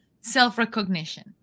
self-recognition